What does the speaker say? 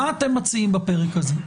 מה אתם מציעים בפרק הזה?